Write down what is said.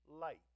light